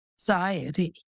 anxiety